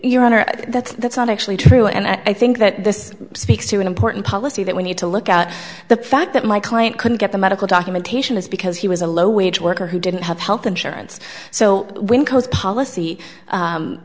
your own or that's that's not actually true and i think that this speaks to an important policy that we need to look at the fact that my client couldn't get the medical documentation is because he was a low wage worker who didn't have health insurance so when coast policy